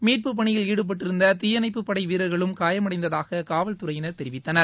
மீட்புப்பணியில் ஈடுபட்டிருந்த தீயணைப்புப்படை வீரர்களும் காயமடைந்ததாக காவல்துறையினர் தெரிவித்தனர்